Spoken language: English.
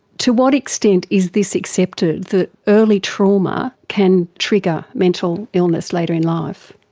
to what extent is this accepted, that early trauma can trigger mental illness later in life?